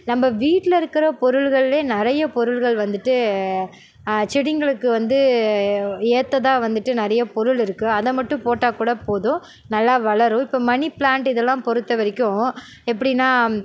நம்ம வீட்டில இருக்கிற பொருள்களிலே நிறைய பொருள்கள் வந்துட்டு செடிகளுக்கு வந்து ஏற்றதா வந்துட்டு நிறைய பொருள் இருக்குது அதை மட்டும் போட்டால் கூட போதும் நல்லா வளரும் இப்போ மணி பிளான்ட் இதெல்லாம் பொறுத்தவரைக்கும் எப்படின்னா